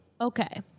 Okay